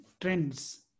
trends